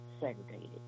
segregated